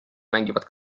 mängivad